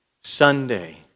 Sunday